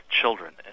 children